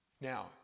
Now